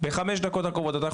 בחמש הדקות הקרובות?